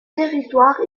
territoire